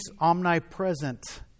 omnipresent